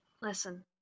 Listen